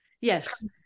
Yes